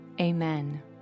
amen